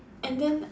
and then